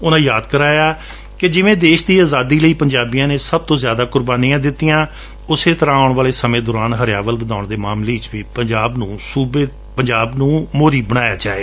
ਉਨੂਾ ਯਾਦ ਕਰਵਾਇਆ ਕਿ ਜਿਵੇ ਦੇਸ਼ ਦੀ ਅਜਾਦੀ ਲਈ ਪੰਜਾਬੀਆਂ ਨੇ ਸਭ ਤੋ ਜਿਆਦਾ ਕੁਰਬਾਨੀਆਂ ਦਿੱਤੀਆਂ ਉਸੇ ਤਰ੍ਰਾਂ ਆਉਣ ਵਾਲੇ ਸਮੇਂ ਦੌਰਾਨ ਹਰਿਆਵਲ ਵਧਾਉਣ ਦੇ ਮਾਮਲੇ ਵਿੱਚ ਵੀ ਸੂਬੇ ਨੂੰ ਮੁਹਰੀ ਬਣਾਇਆ ਜਾਵੇ